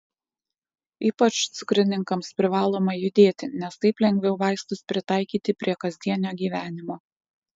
ypač cukrininkams privaloma judėti nes taip lengviau vaistus pritaikyti prie kasdienio gyvenimo